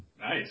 Nice